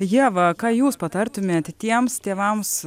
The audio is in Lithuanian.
ieva ką jūs patartumėt tiems tėvams